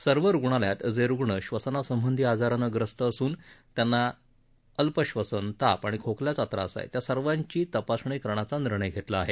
सर्व रुग्णालयात जे रुग्ण श्वसनासंबंधी आजारानं त्रस्त असून ज्यांना अल्पश्वसन ताप आणि खोकल्याचा त्रास आहे त्या सर्वांची तपासणी करण्याचा निर्णय घेतला आहे